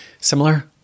Similar